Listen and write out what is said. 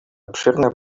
обширное